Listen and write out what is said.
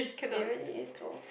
it really is though